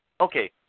Okay